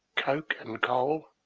coke, and coal.